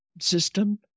system